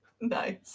Nice